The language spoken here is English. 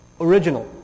Original